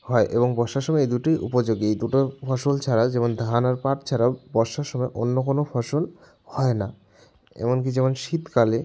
হয় এবং বর্ষার সময় এই দুটোই উপযোগী এই দুটো ফসল ছাড়া যেমন ধান আর পাট ছাড়াও বর্ষার সময় অন্য কোনো ফসল হয় না এমন কি যেমন শীতকালে